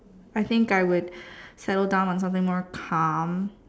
I think I would settle down on something more calm